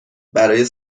برای